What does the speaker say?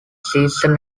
season